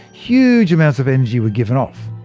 huge amounts of energy were given off.